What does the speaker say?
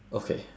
okay